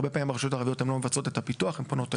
הרבה פעמים הרשויות הערביות לא מבצעות את הפיתוח הן פונות אלינו,